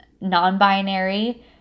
non-binary